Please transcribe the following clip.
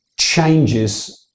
changes